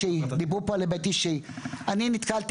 דיברו פה על היבטי אישי אני נתקלתי